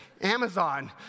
Amazon